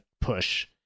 push